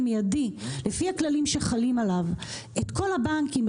מיידי לפי הכללים שחלים עליו את כל הבנקים,